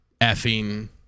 effing